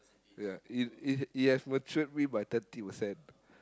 ya it it it has matured me by thirty percent